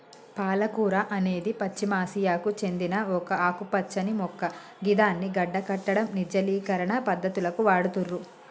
పాలకూర అనేది పశ్చిమ ఆసియాకు సేందిన ఒక ఆకుపచ్చని మొక్క గిదాన్ని గడ్డకట్టడం, నిర్జలీకరణ పద్ధతులకు వాడుతుర్రు